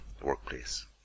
workplace